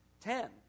ten